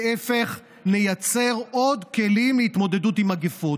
להפך, נייצר עוד כלים להתמודדות עם מגפות.